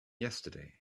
yesterday